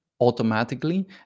automatically